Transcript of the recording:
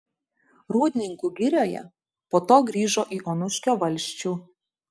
rūdninkų girioje po to grįžo į onuškio valsčių